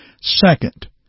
Second